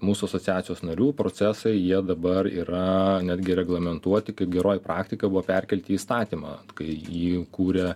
mūsų asociacijos narių procesai jie dabar yra netgi reglamentuoti kaip geroji praktika buvo perkelti į įstatymą kai jį kūrė